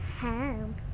home